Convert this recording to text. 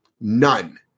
none